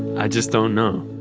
i just don't know,